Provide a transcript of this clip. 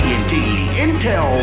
Intel